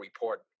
report